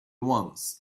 once